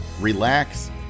relax